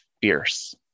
fierce